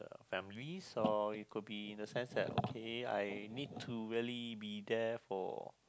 families or it could be the sense that okay I need to really be there for